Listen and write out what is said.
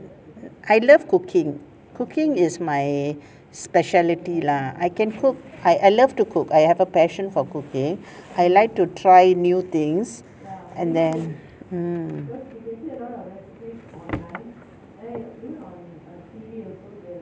I love cooking cooking is my speciality lah I can cook I I love to cook I have a passion for cooking I like to try new things and then mm